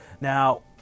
Now